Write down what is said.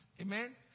Amen